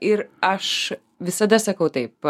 ir aš visada sakau taip